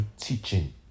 teaching